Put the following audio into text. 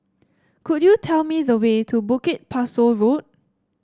could you tell me the way to Bukit Pasoh Road